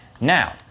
now